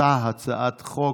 אותה הצעת חוק.